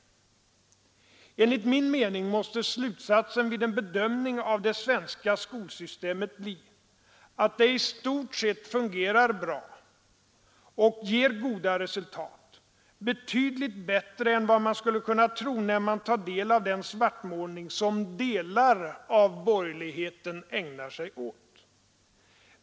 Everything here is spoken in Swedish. Enligt min mening måste slutsatsen vid en bedömning av det svenska skolsystemet bli att det i stort sett fungerar bra och ger goda resultat — betydligt bättre än vad man skulle kunna tro när man tar del av den svartmålning som delar av borgerligheten ägnar sig åt.